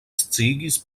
sciigis